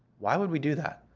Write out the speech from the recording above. why would we do that?